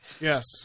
Yes